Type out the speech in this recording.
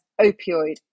opioid